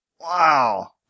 Wow